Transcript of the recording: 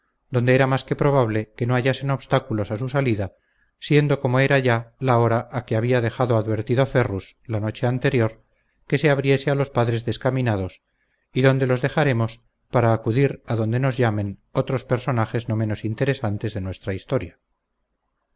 donde era más que probable que no hallasen obstáculos a su salida siendo como era ya la hora a que había dejado advertido ferrus la noche anterior que se abriese a los padres descaminados y donde los dejaremos para acudir a donde nos llamen otros personajes no menos interesantes de nuestra historia